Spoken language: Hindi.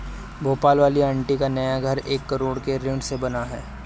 भोपाल वाली आंटी का नया घर एक करोड़ के ऋण से बना है